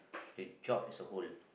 the job as a whole